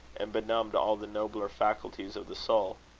and benumbed all the nobler faculties of the soul.